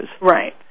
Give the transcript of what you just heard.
Right